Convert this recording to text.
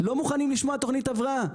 לא מוכנים לשמוע תוכנית הבראה.